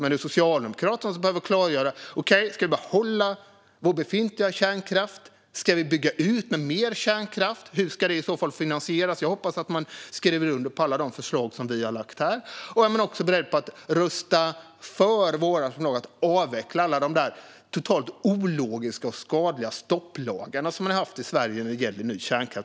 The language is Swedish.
Men det är Socialdemokraterna som behöver klargöra detta. Ska vi behålla vår befintliga kärnkraft? Ska vi bygga ut med mer kärnkraft? Hur ska det i så fall finansieras? Jag hoppas att man skriver under på alla de förslag som vi har lagt fram här. Är man också beredd att rösta för våra förslag om att avveckla alla de totalt ologiska och skadliga stopplagar som man har haft i Sverige när det gäller ny kärnkraft?